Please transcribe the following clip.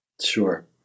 Sure